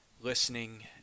listening